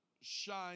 shine